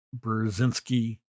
Brzezinski